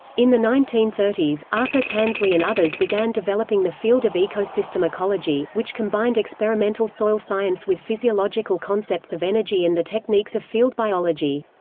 in the nineteen thirty s, arthur tansley and others began developing the field of ecosystem ecology, which combined experimental soil science with physiological concepts of energy and the techniques of field biology.